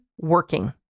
working